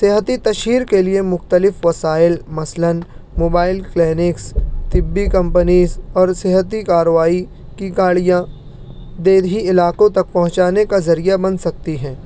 صحتی تشہیر کے لیے مختلف وسائل مثلاً موبائل کلینکس طبی کمپنیز اور صحتی کاروائی کی گاڑیاں دیہی علاقوں تک پہنچانے کا ذریعہ بن سکتی ہیں